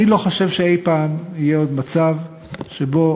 אני לא חושב שאי-פעם יהיה עוד מצב שבו